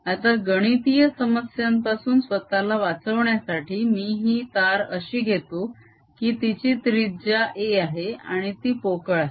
आता गणितीय समस्यांपासून स्वतःला वाचवण्यासाठी मी ही तार अशी घेतो की तिची त्रिजा a आहे आणि ती पोकळ आहे